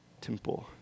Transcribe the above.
temple